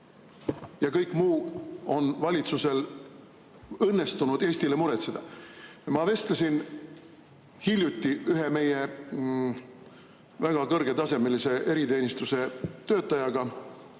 ja kõik muu on valitsusel õnnestunud Eestile muretseda? Ma vestlesin hiljuti ühe meie väga kõrgetasemelise eriteenistuse töötajaga,